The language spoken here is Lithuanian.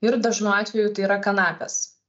ir dažnu atveju tai yra kanapės